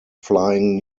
flying